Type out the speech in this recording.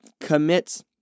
commits